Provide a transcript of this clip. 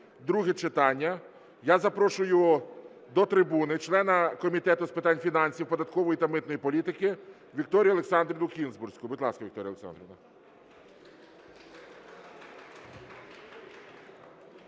(друге читання). Я запрошую до трибуни члена Комітету з питань фінансів, податкової та митної політики Вікторію Олександрівну Кінзбурську. Будь ласка, Вікторія Олександрівна.